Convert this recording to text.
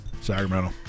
Sacramento